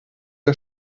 der